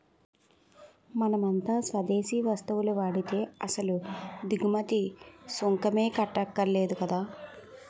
మనమంతా స్వదేశీ వస్తువులు వాడితే అసలు దిగుమతి సుంకమే కట్టక్కర్లేదు కదా